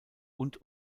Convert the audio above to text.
und